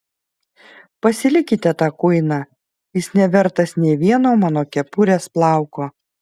pasilikite tą kuiną jis nevertas nė vieno mano kepurės plauko